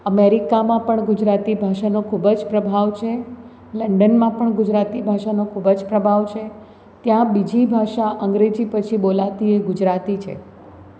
અમેરિકામાં પણ ગુજરાતી ભાષાનો ખૂબ જ પ્રભાવ છે લંડનમાં પણ ગુજરાતી ભાષાનો ખૂબ જ પ્રભાવ છે ત્યાં બીજી ભાષા અંગ્રેજી પછી બોલાતી એ ગુજરાતી છે